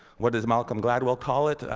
what does malcom gladwell call it,